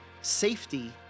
safety